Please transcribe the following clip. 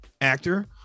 actor